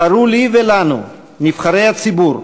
קראו לי ולנו, נבחרי הציבור,